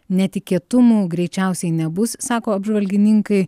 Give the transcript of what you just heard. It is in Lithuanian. netikėtumų greičiausiai nebus sako apžvalgininkai